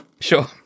Sure